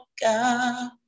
God